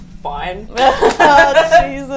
Fine